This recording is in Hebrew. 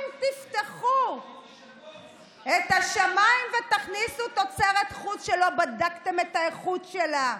אם תפתחו את השמיים ותכניסו תוצרת חוץ שלא בדקתם את האיכות שלה,